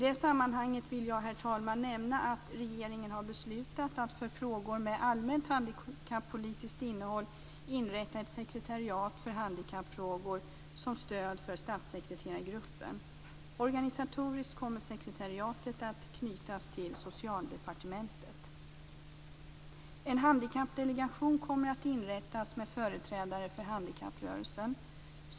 I det sammanhanget vill jag nämna att regeringen har beslutat att för frågor med allmänt handikappolitiskt innehåll inrätta ett sekretariat för handikappfrågor som stöd för statssekreterargruppen. Organisatoriskt kommer sekretariatet att knytas till En handikappdelegation kommer att inrättas med företrädare för handikapprörelsen.